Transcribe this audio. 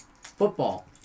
Football